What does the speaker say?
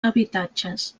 habitatges